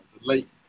late